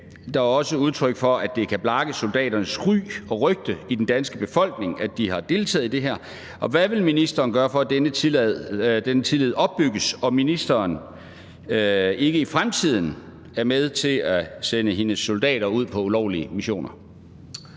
Der er også udtryk for, at det kan blakke soldaternes ry og rygte i den danske befolkning, at de har deltaget i det her. Og hvad vil ministeren gøre, for at denne tillid opbygges, og at ministeren ikke i fremtiden er med til at sende sine soldater ud på ulovlige missioner?